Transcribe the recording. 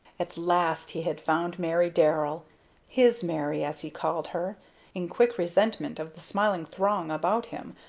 at last he had found mary darrell his mary, as he called her in quick resentment of the smiling throng about him,